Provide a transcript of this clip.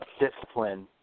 discipline